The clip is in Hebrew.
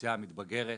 לאוכלוסייה המתבגרת.